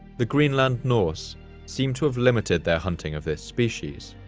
the greenland norse seemed to have limited their hunting of this species,